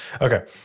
Okay